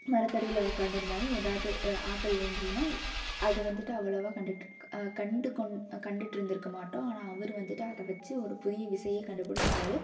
மரத்தடியில் உட்காந்திருந்தாலும் ஏதாவது ஆப்பிள் விழுந்ததுன்னா அதை வந்துட்டு அவ்வளவாக கண்டுக்கிட்டு கண்டு கொண் கண்டுகிட்டு இருந்திருக்கமாட்டோம் ஆனால் அவர் வந்துட்டு அதை வைச்சு ஒரு புதிய விசையே கண்டுபிடிச்சிட்டாரு